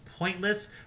pointless